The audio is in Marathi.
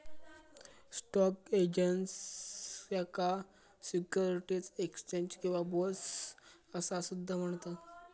स्टॉक एक्स्चेंज, याका सिक्युरिटीज एक्स्चेंज किंवा बोर्स असा सुद्धा म्हणतत